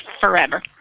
forever